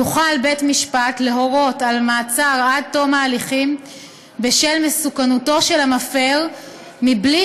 יוכל בית-משפט להורות על מעצר עד תום ההליכים בשל מסוכנותו של המפר מבלי